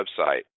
website